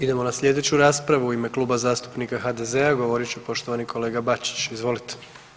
Idemo na sljedeću raspravu u ime Kluba zastupnika HDZ-a govorit će poštovani kolega Bačić, izvolite.